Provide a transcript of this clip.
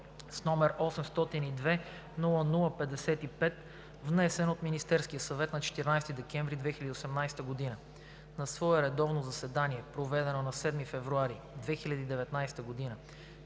№ 802-00-55, внесен от Министерския съвет на 14 декември 2018 г. На свое редовно заседание, проведено на 7 февруари 2019 г.,